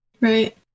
Right